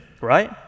right